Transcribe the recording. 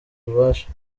ububasha